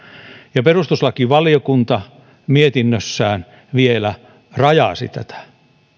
ja perustuslakivaliokunta mietinnössään vielä rajasi tätä